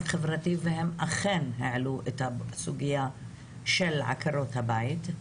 חברתי והם אכן העלו את הסוגיה של עקרות הבית.